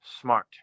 smart